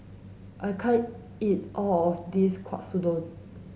I can't eat all of this Katsudon